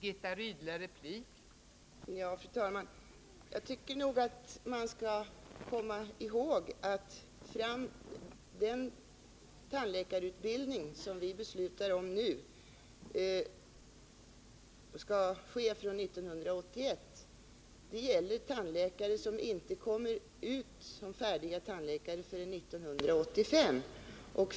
Fru talman! Jag tycker att man skall komma ihåg att den tandläkarutbildning vi nu beslutar om skall ske från 1981. Den gäller alltså tandläkare som inte blir färdiga med sin utbildning förrän 1985.